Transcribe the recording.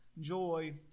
joy